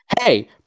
hey